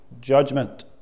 judgment